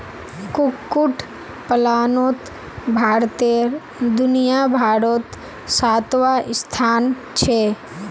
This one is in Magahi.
कुक्कुट पलानोत भारतेर दुनियाभारोत सातवाँ स्थान छे